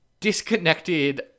disconnected